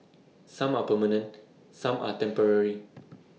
some are permanent some are temporary